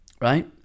right